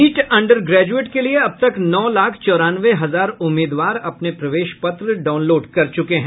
NEET under graduate के लिए अब तक नौ लाख चौरानवे हजार उम्मीदवार अपने प्रवेश पत्र डाउनलोड कर चुके हैं